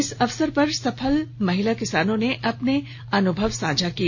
इस अवसर पर सफल महिला किसानों ने अपने अनुभव साझा किए